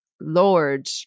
Lord